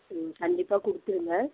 ம் கண்டிப்பாக கொடுத்துருங்க